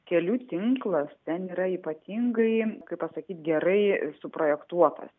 kelių tinklas ten yra ypatingai kaip pasakyt gerai suprojektuotas